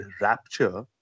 Rapture